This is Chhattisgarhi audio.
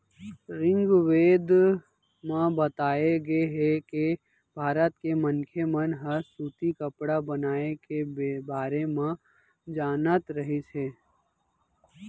ऋगवेद म बताए गे हे के भारत के मनखे मन ह सूती कपड़ा बनाए के बारे म जानत रहिस हे